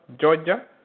Georgia